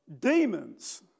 demons